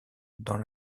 dans